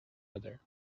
other